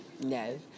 no